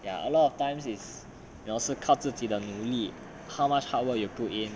ya a lot of times is also 靠自己的努力 how much hard work you put it